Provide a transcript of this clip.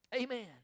Amen